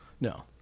no